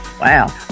Wow